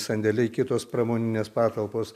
sandėliai kitos pramoninės patalpos